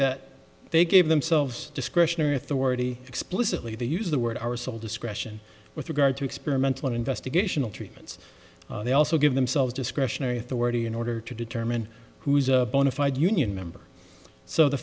that they gave themselves discretionary authority explicitly they use the word our sole discretion with regard to experimental an investigational treatments they also give themselves discretionary authority in order to determine who is a bona fide union member so the